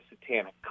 Satanic